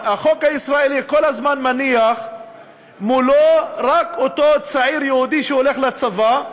החוק הישראלי כל הזמן מניח מולו רק את אותו צעיר יהודי שהולך לצבא,